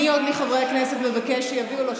מי עוד מחברי הכנסת מבקש שיביאו לו?